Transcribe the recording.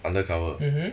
undercover